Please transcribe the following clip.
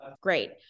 Great